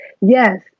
yes